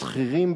השכירים,